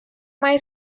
має